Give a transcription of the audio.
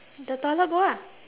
the toilet bowl ah